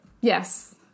yes